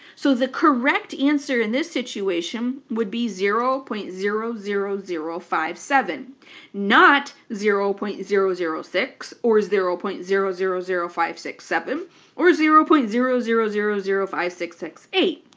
so the correct answer in this situation would be zero point zero zero zero five seven not zero point zero zero zero six or zero point zero zero zero five six seven or zero point zero zero zero zero five six six eight.